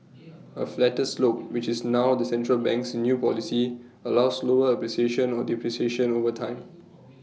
A flatter slope which is now the central bank's new policy allows slower appreciation or depreciation over time